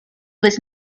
was